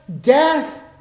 death